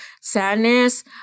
sadness